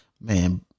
man